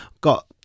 got